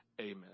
Amen